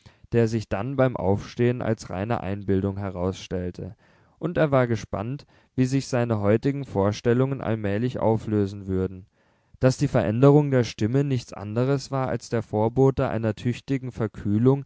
der sich dann beim aufstehen als reine einbildung herausstellte und er war gespannt wie sich seine heutigen vorstellungen allmählich auflösen würden daß die veränderung der stimme nichts anderes war als der vorbote einer tüchtigen verkühlung